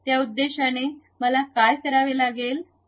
त्या उद्देशाने मला काय करावे लागेल